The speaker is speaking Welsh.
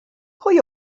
pwy